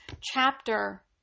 chapter